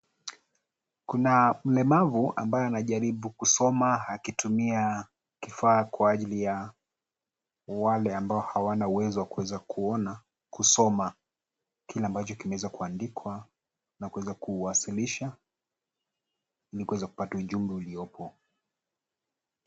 Kuna mlemavu ambaye anajaribu kusoma, akitumia kifaa kwa ajili ya wale ambao hawana uwezo wa kuweza kuona, kusoma kile ambacho kimeweza kuandikwa na kuweza kuuwasilisha ili kuweza kupata ujumbe uliopo.